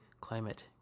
climate